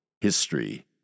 history